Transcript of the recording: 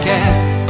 Cast